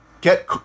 Get